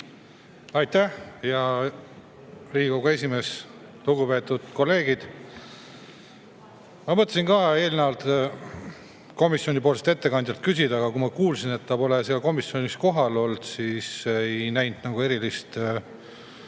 Aitäh, hea Riigikogu esimees! Lugupeetud kolleegid! Ma mõtlesin ka eelnevalt komisjonipoolselt ettekandjalt küsida, aga kui ma kuulsin, et ta pole seal komisjonis kohal olnud, siis ei näinud erilist mõtet